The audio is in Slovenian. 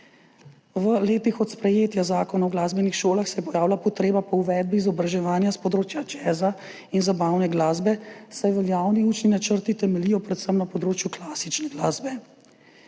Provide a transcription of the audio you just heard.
V letih od sprejetja Zakona o glasbenih šolah se je pojavila potreba po uvedbi izobraževanja s področja jazza in zabavne glasbe, saj veljavni učni načrti temeljijo predvsem na področju klasične glasbe.